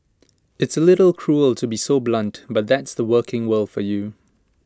it's A little cruel to be so blunt but that's the working world for you